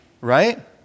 right